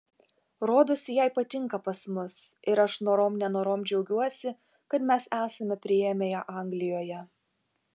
rodosi jai patinka pas mus ir aš norom nenorom džiaugiuosi kad mes esame priėmę ją anglijoje